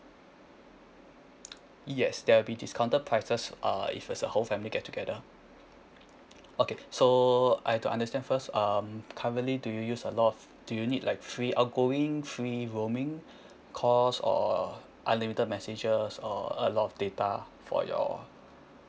yes there'll be discounted prices uh if as a whole family get together okay so I have to understand first um currently do you use a lot of do you need like free outgoing free roaming calls or unlimited messages or a lot of data for your